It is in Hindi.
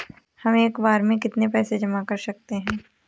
हम एक बार में कितनी पैसे जमा कर सकते हैं?